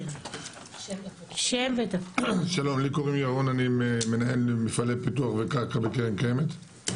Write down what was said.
אני מנהל מפעלי פיתוח וקרקע בקק"ל.